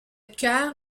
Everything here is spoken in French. cœur